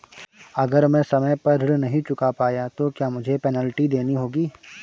अगर मैं समय पर ऋण नहीं चुका पाया तो क्या मुझे पेनल्टी देनी होगी?